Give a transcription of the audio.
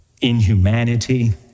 inhumanity